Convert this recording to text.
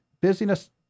busyness